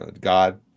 God